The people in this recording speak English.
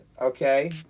okay